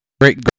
Great